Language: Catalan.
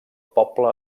poble